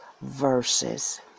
verses